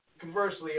conversely